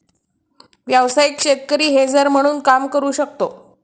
व्यावसायिक शेतकरी हेजर म्हणून काम करू शकतो